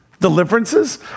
Deliverances